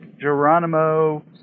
Geronimo